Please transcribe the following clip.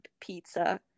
pizza